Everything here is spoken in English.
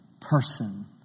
person